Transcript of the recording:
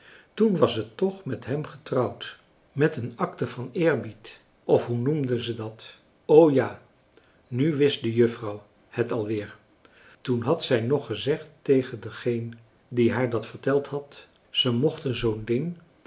toen was ze toch met hem getrouwd met een acte van eerbied of hoe noemden ze dat o ja nu wist de juffrouw het al weer toen had zij nog gezegd tegen degeen die haar dat verteld had ze mochten zoo'n ding